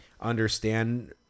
understand